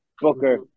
Booker